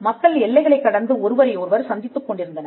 மக்கள் எல்லைகளைக் கடந்து ஒருவரை ஒருவர் சந்தித்துக் கொண்டிருந்தனர்